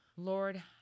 Lord